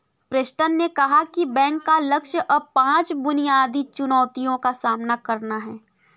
Preston ने कहा कि बैंक का लक्ष्य अब पांच बुनियादी चुनौतियों का सामना करना है